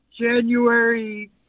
January